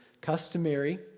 customary